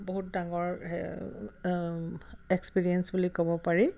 বহুত ডাঙৰ এক্সপিৰিয়েঞ্চ বুলি ক'ব পাৰি